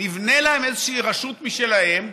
נבנה להם איזושהי רשות משלהם,